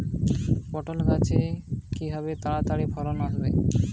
পটল গাছে কিভাবে তাড়াতাড়ি ফলন আসবে?